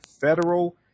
federal